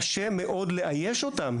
קשה מאוד לאייש אותם.